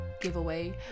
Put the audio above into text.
giveaway